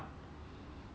you ask me ah